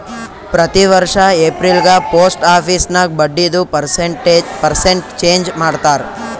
ಪ್ರತಿ ವರ್ಷ ಎಪ್ರಿಲ್ಗ ಪೋಸ್ಟ್ ಆಫೀಸ್ ನಾಗ್ ಬಡ್ಡಿದು ಪರ್ಸೆಂಟ್ ಚೇಂಜ್ ಮಾಡ್ತಾರ್